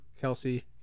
kelsey